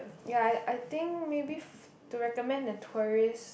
ya I I think maybe f~ to recommend a tourist